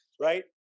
right